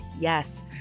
yes